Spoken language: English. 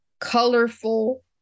colorful